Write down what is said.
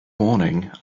morning